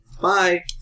Bye